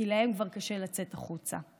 כי להם כבר קשה לצאת החוצה.